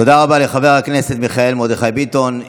תודה רבה לחבר הכנסת מיכאל מרדכי ביטון,